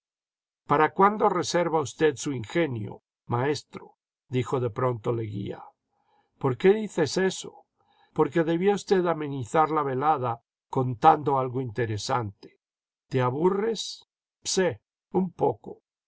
para cuándo reserva usted su ingenio maestro dijo de pronto leguía por qué dices eso porque debía usted amenizar la velada contando algo interesante te aburres jpsel un poco